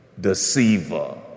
deceiver